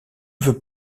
veut